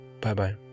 Bye-bye